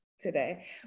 today